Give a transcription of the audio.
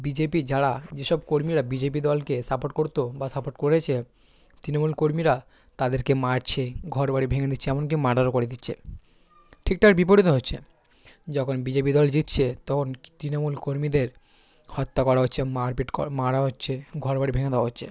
B J P যারা যে সব কর্মীরা বি জে পি দলকে সাপোর্ট করত বা সাপোর্ট করেছে তৃণমূল কর্মীরা তাদেরকে মারছে ঘর বাড়ি ভেঙে দিচ্ছে এমনকি মার্ডারও করে দিচ্ছে ঠিক তার বিপরীতও হচ্ছে যখন বি জে পি দল জিতছে তখন তৃণমূল কর্মীদের হত্যা করা হচ্ছে মারপিট করা মারা হচ্ছে ঘর বাড়ি ভেঙে দেওয়া হচ্ছে